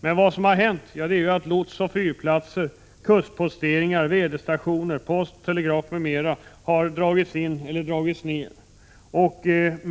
Men lotsoch fyrplatser, kustposteringar, väderstationer, postoch telegrafkontor m.m. har dragits in eller också har verksamheten där skurits ned.